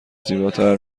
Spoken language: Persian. زیباتر